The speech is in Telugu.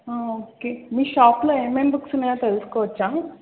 ఓకే మీ షాప్లో ఏమేం బుక్స్ ఉన్నాయో తెలుసుకోవచ్చా